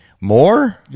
more